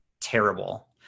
terrible